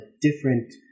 different